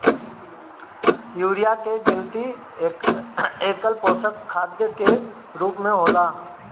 urea के गिनती एकल पोषक खाद के रूप में होला